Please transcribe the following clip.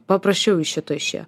paprasčiau iš šito išėjo